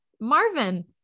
Marvin